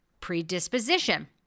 predisposition